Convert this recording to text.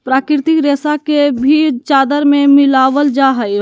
प्राकृतिक रेशा के भी चादर में मिलाबल जा हइ